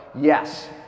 Yes